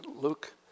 Luke